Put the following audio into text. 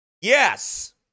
Yes